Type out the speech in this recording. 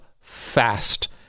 fast